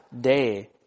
day